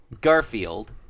Garfield